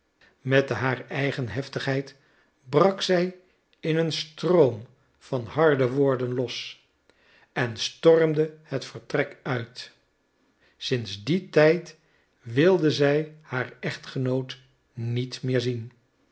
met de haar eigen heftigheid brak zij in een stroom van harde woorden los en stormde het vertrek uit sinds dien tijd wilde zij haar echtgenoot niet meer zien